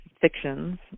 fictions